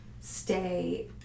stay